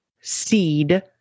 seed